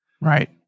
Right